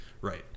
right